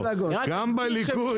גם בליכוד,